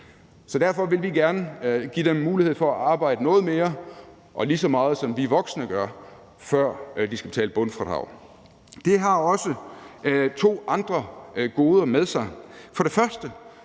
Så derfor vil vi gerne give dem mulighed for at arbejde noget mere og lige så meget, som vi voksne gør, før de skal betale bundfradrag. Det fører også to andre goder med sig. Først